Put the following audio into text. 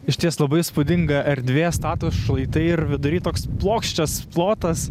išties labai įspūdinga erdvė statūs šlaitai ir vidury toks plokščias plotas